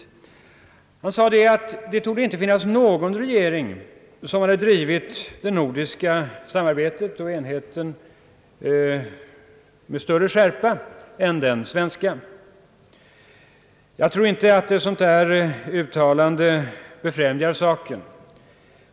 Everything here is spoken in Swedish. Herr Wickman sade att det inte torde finnas någon regering som bedrivit det nordiska samarbetet med större skärpa än den svenska. Jag tror inte att ett sådant uttalande befrämjar saken.